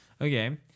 okay